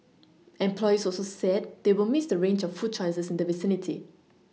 employees also said they will Miss the range of food choices in the vicinity